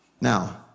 Now